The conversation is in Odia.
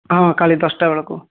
ହଁ କାଲି ଦଶଟା ବେଳକୁ